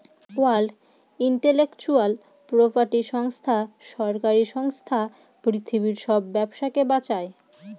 world intellectual property সংস্থা সরকারি সংস্থা পৃথিবীর সব ব্যবসাকে বাঁচায়